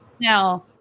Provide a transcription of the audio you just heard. Now